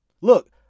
Look